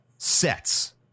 sets